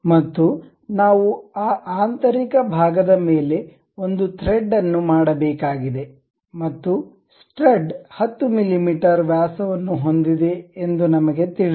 ಮತ್ತು ನಾವು ಆ ಆಂತರಿಕ ಭಾಗದ ಮೇಲೆ ಒಂದು ಥ್ರೆಡ್ ಅನ್ನು ಮಾಡಬೇಕಾಗಿದೆ ಮತ್ತು ಸ್ಟಡ್ 10 ಮಿಮೀ ವ್ಯಾಸವನ್ನು ಹೊಂದಿದೆ ಎಂದು ನಮಗೆ ತಿಳಿದಿದೆ